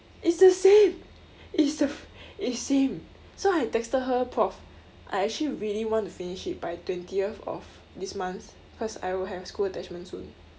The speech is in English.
it's the same it's the f~ eh same so I texted her prof I actually really want to finish it by twentieth of this month cause I will have school attachment soon